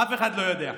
אף אחד לא יודע.